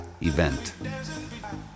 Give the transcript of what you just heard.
event